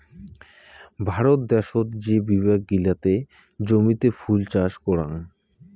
ভারত দ্যাশোত যে বিভাগ গিলাতে জমিতে ফুল চাষ করাং